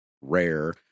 rare